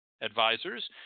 advisors